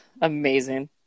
amazing